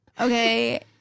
Okay